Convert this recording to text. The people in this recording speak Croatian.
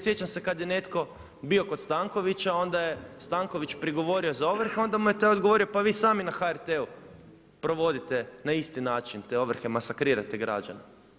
Sjećam se kada je netko bio kod Stankovića, onda je Stanković prigovorio za ovrhe, onda im je taj odgovorio pa vi sami na HRT-u provodite na isti način te ovrhe, masakrirate građane.